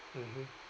mmhmm